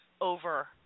over